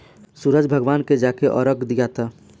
सूरज भगवान के जाके अरग दियाता